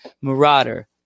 Marauder